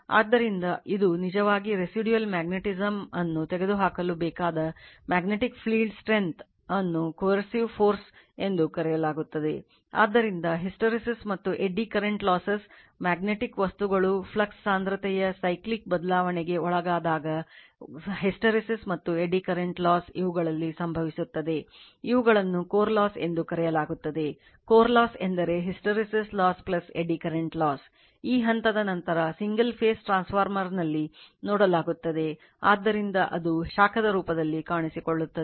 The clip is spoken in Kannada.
ಆದ್ದರಿಂದ hysteresis ಮತ್ತು eddy current losses magnetic ದ ರೂಪದಲ್ಲಿ ಕಾಣಿಸಿಕೊಳ್ಳುತ್ತದೆ